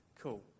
Cool